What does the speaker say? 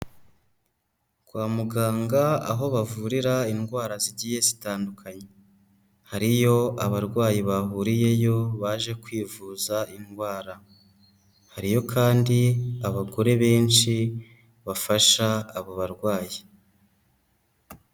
Kwa muganga, aho bavurira indwara zigiye zitandukanye. Hariyo abarwayi bahuriyeyo baje kwivuza indwara. Hariyo kandi abagore benshi bafasha abo barwayi.